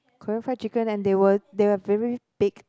Korean fried chicken and they will they'll have very big